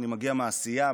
אני מגיע מעשייה,